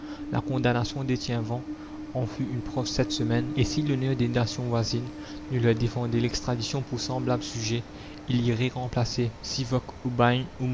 la condamnation d'etienvent en fut une preuve cette semaine et si l'honneur des nations voisines ne leur défendait l'extradition pour semblable sujet il irait remplacer